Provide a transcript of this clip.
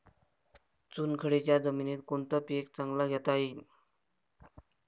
चुनखडीच्या जमीनीत कोनतं पीक चांगलं घेता येईन?